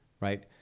right